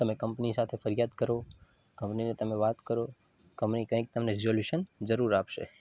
તમે કંપની સાથે ફરિયાદ કરો કંપનીને તમે વાત કરો કંપની કંઈક તમને રીઝોલ્યુશન જરૂર આપશે